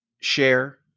share